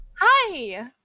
hi